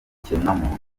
ikiremwamuntu